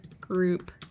group